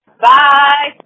Bye